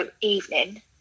evening